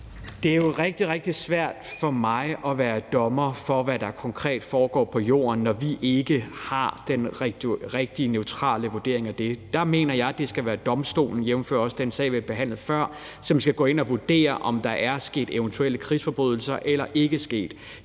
Det er jo rigtig, rigtig svært for mig at være dommer over, hvad der konkret foregår på jorden, når vi ikke har den rigtige, neutrale vurdering af det. Der mener jeg, at det skal være domstolen, jævnfør også den sag, vi har behandlet før, som skal gå ind og vurdere, om der er sket eventuelle krigsforbrydelser eller ej.